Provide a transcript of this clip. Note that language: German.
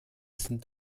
sind